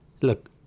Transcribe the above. look